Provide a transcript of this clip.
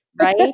Right